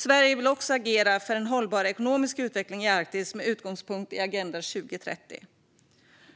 Sverige vill också agera för en hållbar ekonomisk utveckling i Arktis med utgångspunkt i Agenda 2030.